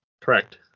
Correct